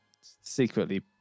secretly